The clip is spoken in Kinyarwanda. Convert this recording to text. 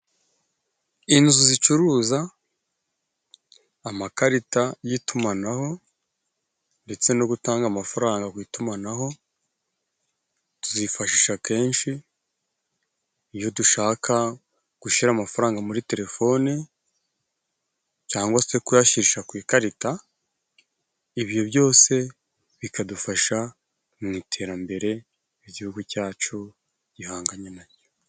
Inzu zicuruza amakarita y'itumanaho ndetse no gutanga amafaranga ku itumanaho, tuzifashisha kenshi iyo dushaka gushira amafaranga muri telefoni cyangwa se kuyashirisha ku ikarita, ibyo byose bikadufasha mu iterambere ry'igihugu cyacu gihanganye naryo.